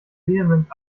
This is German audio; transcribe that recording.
vehement